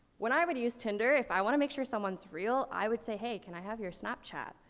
when i would use tinder, if i wanna make sure someone's real, i would say, hey, can i have your snapchat?